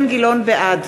בעד